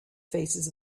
faces